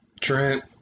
Trent